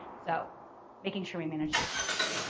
so making sure we manage suicide risk.